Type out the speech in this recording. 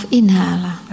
inhalen